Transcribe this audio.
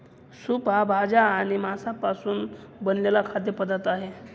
soup हा भाज्या आणि मांसापासून बनवलेला खाद्य पदार्थ आहे